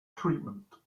treatment